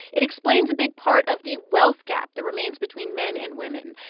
it explains a big part of the wealth gap that remains between men and women.